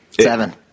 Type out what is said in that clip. Seven